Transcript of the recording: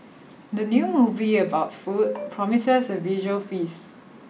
the new movie about food promises a visual feast